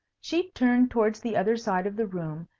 she turned towards the other side of the room,